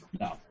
no